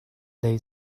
they